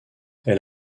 est